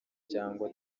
cyangwa